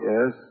Yes